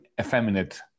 effeminate